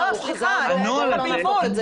לא, סליחה, יש לך בלבול.